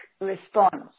response